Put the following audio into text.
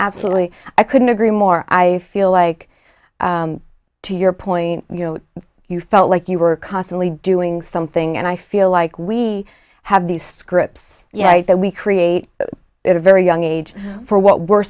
absolutely i couldn't agree more i feel like to your point you know you felt like you were constantly doing something and i feel like we have these scripts yet that we create a very young age for what we're